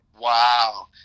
Wow